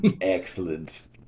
Excellent